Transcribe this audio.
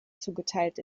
zugeteilt